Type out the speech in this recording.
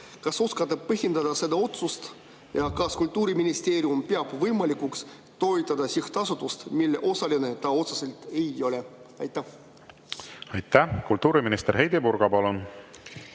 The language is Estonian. kas oskate põhjendada seda otsust? Kas Kultuuriministeerium peab võimalikuks toetada sihtasutust, mille osaline ta otseselt ei ole? Aitäh! Kultuuriminister Heidy Purga, palun!